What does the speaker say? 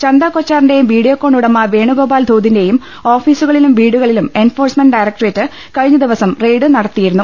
ഛന്ദ കൊച്ചാറിന്റെയും വീഡിയോക്കോൺ ഉടമ വേണു ഗോപാൽ ധൂതിന്റെയും ഓഫീസുകളിലും വീടുകളിലും എൻഫോഴ്സ്മെന്റ് ഡയറക്ട്രേറ്റ് കഴിഞ്ഞ് ദിവസം റെയ്ഡ് നടത്തിയിരുന്നു